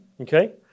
Okay